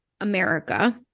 America